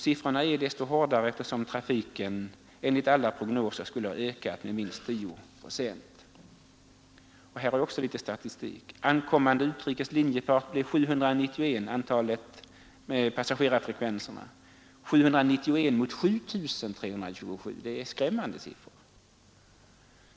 Siffrorna är desto hårdare eftersom trafiken enligt alla prognoser skulle ha ökat med minst 10 procent. Passagerarfrekvensen när det gällde ankommande utrikes linjefart blev 791 mot 7 327 för Bulltofta motsvarande tid förra året. Det är skrämmande siffror.